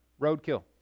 Roadkill